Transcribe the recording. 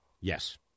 Yes